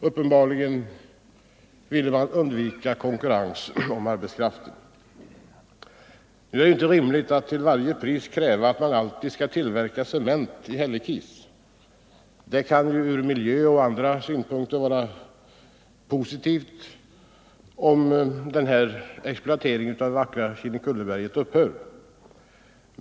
Uppenbarligen ville man undvika konkurrens om arbetskraften. Nu är det inte rimligt att till varje pris kräva att man alltid skall tillverka cement i Hällekis. Det kan ur miljöoch andra synpunkter vara positivt om exploateringen av det vackra Kinnekulle upphör.